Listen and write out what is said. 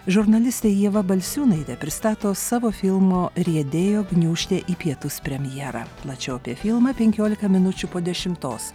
žurnalistė ieva balsiūnaitė pristato savo filmo riedėjo gniūžtė į pietus premjera plačiau apie filmą penkiolika minučių po dešimtos